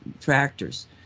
tractors